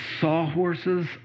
sawhorses